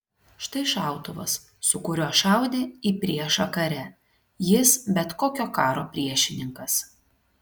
štai šautuvas su kuriuo šaudė į priešą kare jis bet kokio karo priešininkas